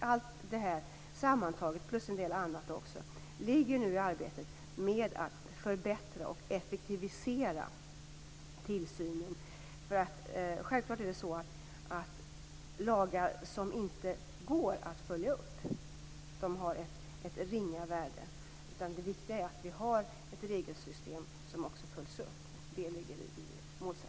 Allt det här sammantaget ligger i arbetet med att förbättra och effektivisera tillsynen. Självklart är det så att lagar som inte går att följa upp har ett ringa värde. Det är viktigt att vi har ett regelsystem som följs upp. Det ligger i målsättningen.